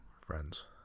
friends